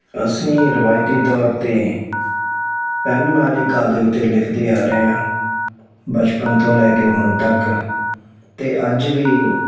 ਅਸੀਂ ਰਿਵਾਇਤੀ ਤੌਰ 'ਤੇ ਪੈੱਨ ਨਾਲ ਹੀ ਕਾਗਜ਼ 'ਤੇ ਲਿਖਦੇ ਆ ਰਹੇ ਹਾਂ ਬਚਪਨ ਤੋਂ ਲੈ ਕੇ ਹੁਣ ਤੱਕ ਅਤੇ ਅੱਜ ਵੀ